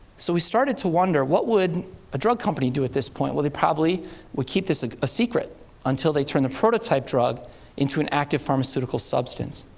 so we started to wonder, what would a drug company do at this point? well, they probably would keep this a secret until they turn the prototype drug into an active pharmaceutical substance.